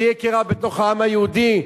שיהיה קרע בתוך העם היהודי?